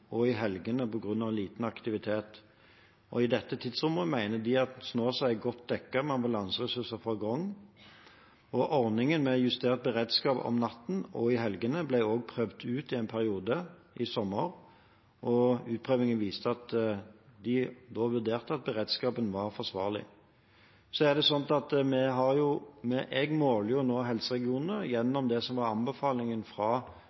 og i helgene på grunn av liten aktivitet. I dette tidsrommet mener de at Snåsa er godt dekket med ambulanseressurser fra Grong. Ordningen med justert beredskap om natten og i helgene ble også prøvd ut en periode i sommer, og utprøvingen viste at de da vurderte at beredskapen var forsvarlig. Så er det slik at jeg nå måler helseregionene ut fra det som var anbefalingen fra